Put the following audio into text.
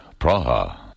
Praha